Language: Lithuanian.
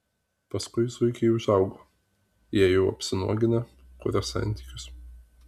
paskui zuikiai užaugo jie jau apsinuogina kuria santykius